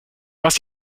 was